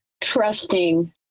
trusting